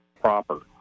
proper